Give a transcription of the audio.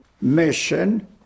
mission